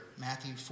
Matthew